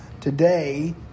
today